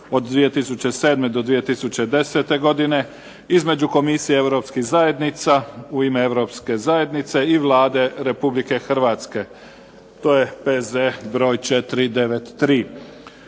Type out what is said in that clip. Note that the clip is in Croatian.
2007. – 2010. između Komisije Europskih zajednica u ime Europske zajednice i Vlade Republike Hrvatske, s konačnim